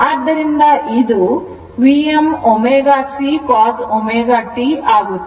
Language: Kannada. ಆದ್ದರಿಂದ ಇದು Vm ω C cos ω t ಆಗುತ್ತದೆ